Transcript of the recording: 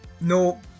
no